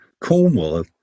Cornwall